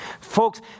Folks